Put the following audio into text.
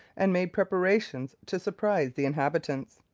and made preparations to surprise the inhabitants.